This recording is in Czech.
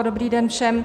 Dobrý den všem.